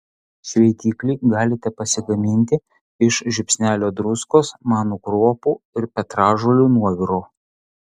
šveitiklį galite pasigaminti iš žiupsnelio druskos manų kruopų ir petražolių nuoviro